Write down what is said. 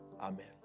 Amen